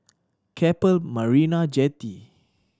Keppel Marina Jetty